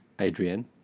Adrienne